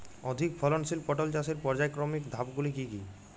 অধিক ফলনশীল পটল চাষের পর্যায়ক্রমিক ধাপগুলি কি কি?